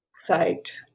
Site